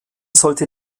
sollte